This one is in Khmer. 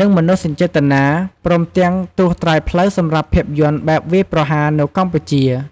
និងមនោសញ្ចេតនា ព្រមទាំងត្រួសត្រាយផ្លូវសម្រាប់ភាពយន្តបែបវាយប្រហារ នៅកម្ពុជា។